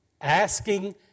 Asking